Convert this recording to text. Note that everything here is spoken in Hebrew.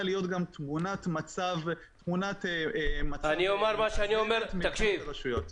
להיות גם תמונת מצב מאזנת מבחינת הרשויות.